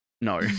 no